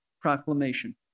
proclamation